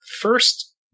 first